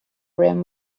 rim